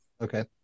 Okay